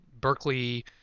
Berkeley